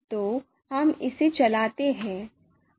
तो हम इसे चलाते हैं